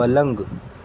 پلنگ